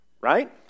Right